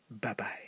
Bye-bye